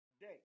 day